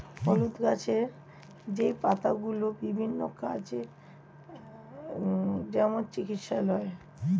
হলুদ গাছের যেই পাতা সেগুলো বিভিন্ন কাজে, যেমন চিকিৎসায় লাগে